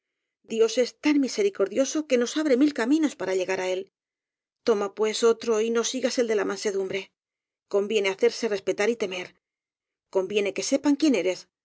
dios es tan misericordioso que nos abre mil caminos para llegar á él toma pues otro y no sigas el de la mansedumbre conviene hacerse respetar y temer conviene que sepan quién eres